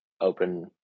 open